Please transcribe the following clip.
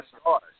stars